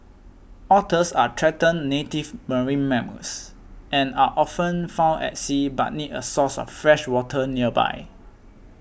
otters are threatened native marine mammals and are often found at sea but need a source of fresh water nearby